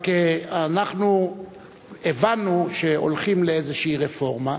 רק אנחנו הבנו שהולכים לאיזו רפורמה,